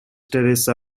teresa